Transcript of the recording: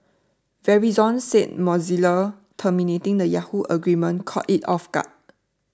Verizon said Mozilla terminating the Yahoo agreement caught it off guard